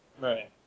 Right